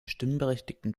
stimmberechtigten